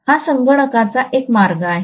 हा सांगण्याचा एक मार्ग आहे